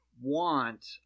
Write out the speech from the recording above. want